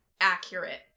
accurate